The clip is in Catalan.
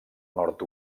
nord